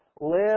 Live